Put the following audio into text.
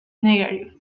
negative